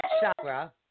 chakra